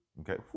okay